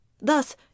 Thus